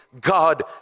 God